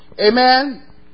Amen